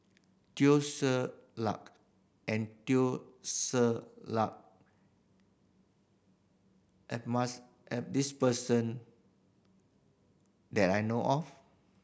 Teo Ser Luck and Teo Ser Luck at at this person that I know of